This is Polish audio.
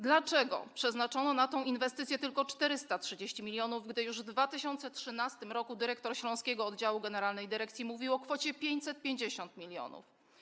Dlaczego przeznaczono na tę inwestycję tylko 430 mln, gdy już w 2013 r. dyrektor śląskiego oddziału generalnej dyrekcji mówił o kwocie 550 mln?